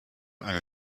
eine